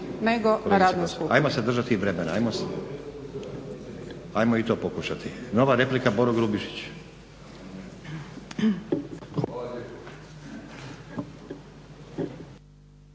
Nenad (SDP)** Ajmo se držati vremena. Ajmo i to pokušati. Nova replika Boro Grubišić.